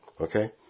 Okay